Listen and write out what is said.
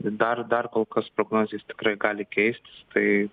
dar dar kol kas prognozės tikrai gali keistis tai